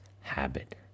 habit